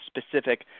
specific